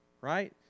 right